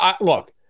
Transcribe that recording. Look